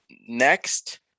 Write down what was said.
Next